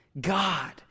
God